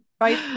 right